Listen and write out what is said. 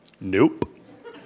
Nope